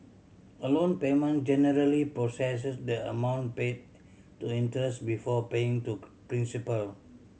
a loan payment generally processes the amount paid to interest before paying to principal